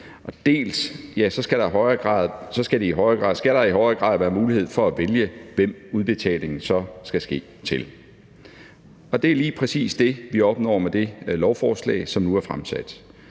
dels skal der i højere grad være mulighed for at vælge, hvem udbetalingen så skal ske til. Og det er lige præcis det, vi opnår med det lovforslag, som nu er fremsat.